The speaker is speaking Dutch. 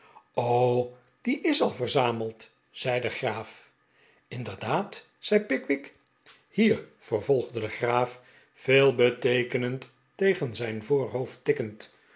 die is al verzameld zei de graaf inderdaad zei pickwick hier vervolgde de graaf veelbeteekenend tegen zijn voorhoofd tikkend